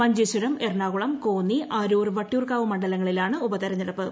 മഞ്ചേശ്വരം എറണാകുളം കോന്നി അരൂർ വട്ടിയൂർക്കാവ് മണ്ഡലങ്ങളിലാണ് ഉപതിരഞ്ഞടുപ്പ്